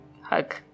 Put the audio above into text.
hug